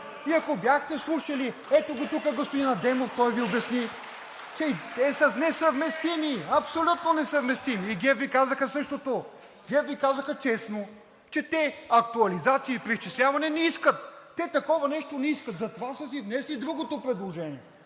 Ако бяхте слушали, ето го тук господин Адемов, той Ви обясни, че са несъвместими, абсолютно несъвместими и ГЕРБ Ви казаха същото. ГЕРБ Ви казаха честно, че те актуализация и преизчисляване не искат. Те такова нещо не искат. Затова са си внесли другото предложение.